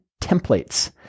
templates